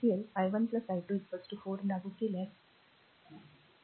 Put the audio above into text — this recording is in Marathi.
KCL i 1 i2 4 लागू केल्यास कारण